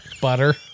butter